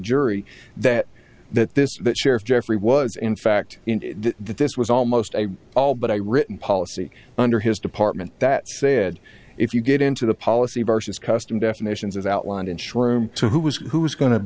jury that that this sheriff jeffrey was in fact that this was almost a all but i written policy under his department that said if you get into the policy versus custom definitions as outlined in shroom to who was who was going to